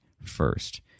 first